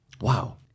Wow